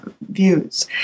views